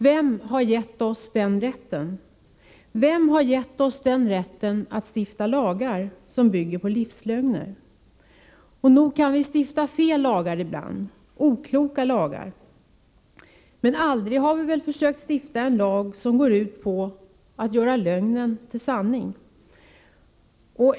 Vem har gett oss den rätten, vem har gett oss rätten att stifta lagar som bygger på livslögner? Nog kan vi stifta felaktiga lagar ibland, okloka lagar. Men aldrig har vi väl försökt stifta en lag som går ut på att göra lögnen till sanning.